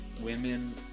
women